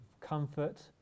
comfort